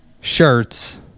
shirts